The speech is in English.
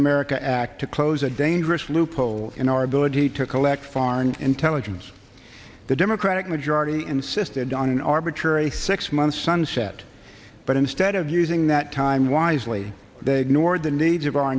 america act to close a dangerous loophole in our ability to collect foreign intelligence the democratic majority insisted on an arbitrary six month sunset but instead of using that time wisely they ignored the needs of our